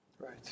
Right